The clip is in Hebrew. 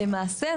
למעשה,